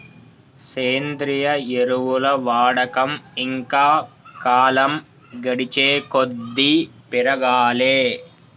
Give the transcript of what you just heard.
సేంద్రియ ఎరువుల వాడకం ఇంకా కాలం గడిచేకొద్దీ పెరగాలే